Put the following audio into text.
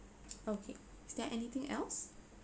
okay is there anything else